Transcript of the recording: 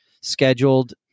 scheduled